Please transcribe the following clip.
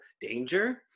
danger